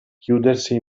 chiudersi